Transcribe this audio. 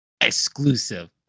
exclusive